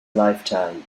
lifetime